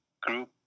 group